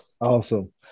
Awesome